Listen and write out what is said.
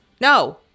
No